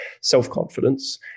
self-confidence